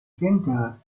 center